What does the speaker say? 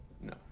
No